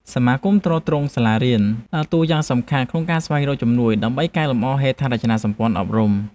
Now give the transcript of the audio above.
សមាគមទ្រទ្រង់សាលារៀនដើរតួនាទីយ៉ាងសំខាន់ក្នុងការស្វែងរកជំនួយ ដើម្បីកែលម្អហេដ្ឋារចនាសម្ព័ន្ធអប់រំ។